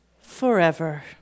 forever